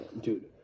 dude